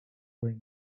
were